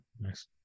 Nice